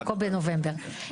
ה-COP בנובמבר.